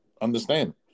understand